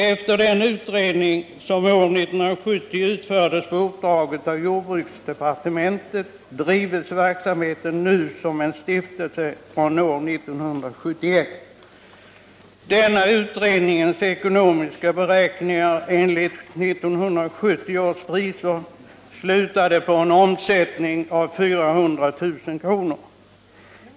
Efter den utredning som år 1970 utfördes på uppdrag av jordbruksdepartementet drivs verksamheten nu som en stiftelse från år 1971. Denna utrednings ekonomiska beräkningar enligt 1970 års priser slutade på en omsättning av 400 000 kr.